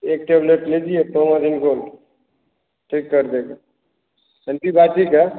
एक टैबलेट लीजिए पमाजिन गोल्ड ठीक कर देगा ठीक है एंटीबायाेटिक है